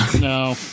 No